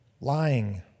lying